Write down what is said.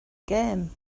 gêm